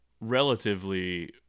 relatively